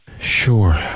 Sure